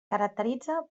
caracteritza